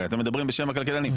הרי אתם מדברים בשם הכלכלנים.